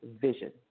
Vision